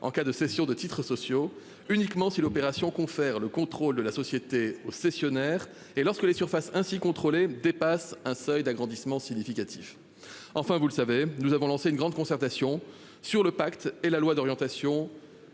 en cas de cession de titres sociaux uniquement si l'opération confère le contrôle de la société cessionnaire et lorsque les surfaces ainsi contrôler dépasse un seuil d'agrandissement significatif, enfin vous le savez, nous avons lancé une grande concertation sur le pacte et la loi d'orientation.